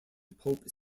pope